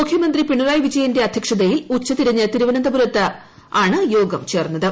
മുഖ്യമന്ത്രി പിണറായി വിജയന്റെ അദ്ധ്യക്ഷതയിൽ ഉച്ചതിരിഞ്ഞ് തിരുവനന്തപുരത്താണ് യോഗം ചേർന്നത്